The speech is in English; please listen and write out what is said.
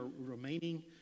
remaining